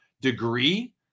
degree